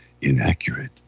inaccurate